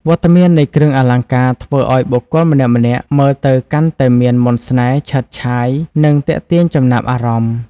វត្តមាននៃគ្រឿងអលង្ការធ្វើឱ្យបុគ្គលម្នាក់ៗមើលទៅកាន់តែមាន មន្តស្នេហ៍ ឆើតឆាយ និងទាក់ទាញចំណាប់អារម្មណ៍ ។